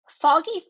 foggy